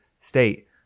state